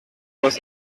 was